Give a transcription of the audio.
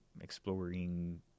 exploring